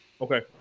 Okay